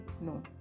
No